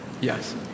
Yes